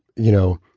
you know,